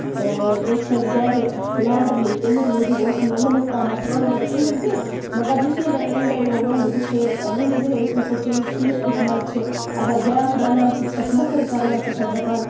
تہٕ بہٕ چھَس گرِ لاڈلی تَمی موٗجوٗب اوس مےٚ ؤنیُک تامَتھ روٚنمُت کِہینۍ تہِ مَگر یِتھُے مےٚ اَمہِ دۄہ یِمَو ووٚن دوٚپُکھ ہَے رٔنزِ ہے أسۍ وٕچھو چٲنِس سِنِس کیُتھ مَزٕ چھُ اَگر بیاکھ رَنان چھُ ژٕ چھکھ نَکھرٕ کران ژٕ چھَکھ دَپان